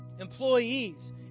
employees